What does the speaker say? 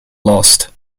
lost